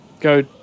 go